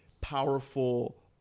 powerful